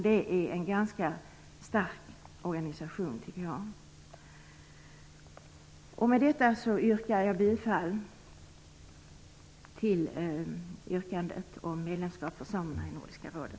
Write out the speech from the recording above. Det är en ganska stark organisation, tycker jag. Med detta yrkar jag bifall till förslaget om medlemskap för samerna i Nordiska rådet.